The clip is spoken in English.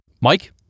Mike